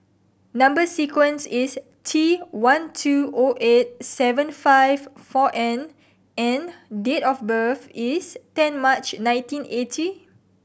number sequence is T one two O eight seven five four N and date of birth is ten March nineteen eighty